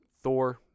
Thor